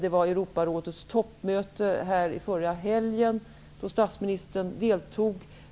Europarådet höll ett toppmöte förra helgen, i vilket statsministern deltog.